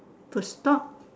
could stop